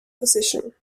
position